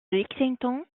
lexington